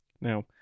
Now